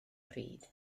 pryd